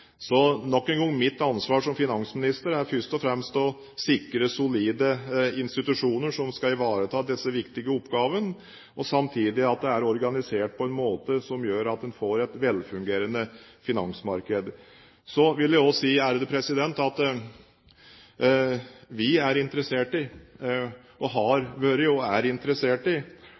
Nok en gang: Mitt ansvar som finansminister er først og fremst å sikre solide institusjoner som skal ivareta disse viktige oppgavene, og samtidig at det er organisert på en måte som gjør at en får et velfungerende finansmarked. Så vil jeg også si at vi er – og har vært – interessert i